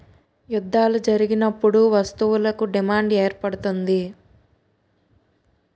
యుద్ధాలు జరిగినప్పుడు వస్తువులకు డిమాండ్ ఏర్పడుతుంది